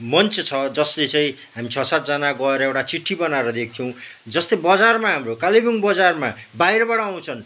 मञ्च छ जसले चाहिँ हामी छ सातजना गएर एउटा चिट्ठी बनाएर दिएको छौँ जस्तै बजारमा हाम्रो कालेबुङ बजारमा बाहिरबाट आउँछन्